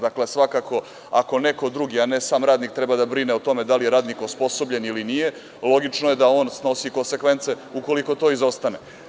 Dakle, svakako, ako neko drugi, a ne sam radnik treba da brine o tome da li je radnik osposobljen ili nije, logično je da on snosi konsekvence ukoliko to izostane.